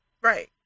Right